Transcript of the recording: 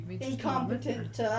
incompetent